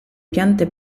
piante